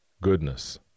Goodness